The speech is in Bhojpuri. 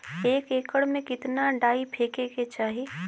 एक एकड़ में कितना डाई फेके के चाही?